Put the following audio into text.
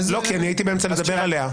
כי הייתי באמצע לדבר עליה.